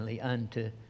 unto